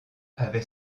avait